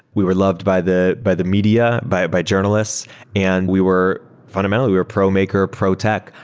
we were loved by the by the media, by by journalists and we were fundamentally, we were pro-maker, pro-tech.